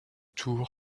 tour